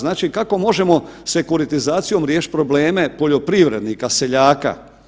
Znači kako možemo sekuritizacijom riješit probleme poljoprivrednika seljaka.